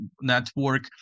Network